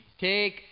Take